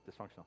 dysfunctional